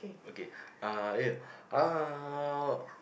okay uh ya uh